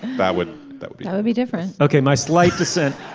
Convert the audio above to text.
that would that yeah would be different. okay. my slight descent